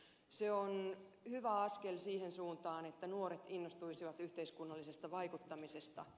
se on hyvä askel siihen suuntaan että nuoret innostuisivat yhteiskunnallisesta vaikuttamisesta